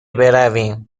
برویم